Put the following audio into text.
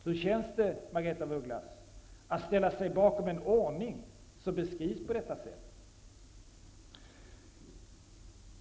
Hur känns det, Margaretha af Ugglas, att ställa sig bakom en ordning som beskrivs på detta sätt?